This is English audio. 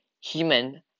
human